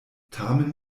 tamen